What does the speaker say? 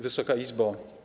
Wysoka Izbo!